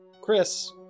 Chris